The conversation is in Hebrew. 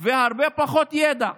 והרבה פחות ידע.